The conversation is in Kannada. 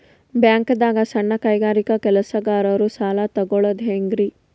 ಬ್ಯಾಂಕ್ದಾಗ ಸಣ್ಣ ಕೈಗಾರಿಕಾ ಕೆಲಸಗಾರರು ಸಾಲ ತಗೊಳದ್ ಹೇಂಗ್ರಿ?